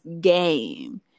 game